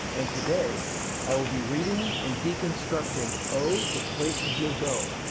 and today i will be reading and deconstructing, oh, the places you'll go!